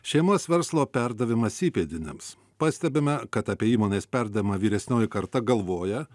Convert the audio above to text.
šeimos verslo perdavimas įpėdiniams pastebime kad apie įmonės perdavimą vyresnioji karta galvoja